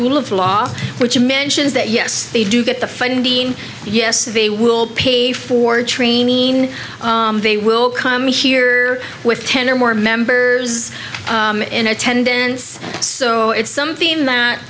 rule of law which mentions that yes they do get the funding yes they will pay for training they will come here with ten or more members in attendance so it's something that